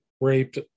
raped